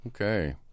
Okay